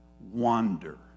wander